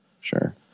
sure